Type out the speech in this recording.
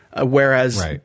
Whereas